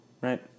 Right